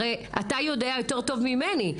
אתה יודע טוב ממני.